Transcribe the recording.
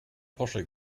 porsche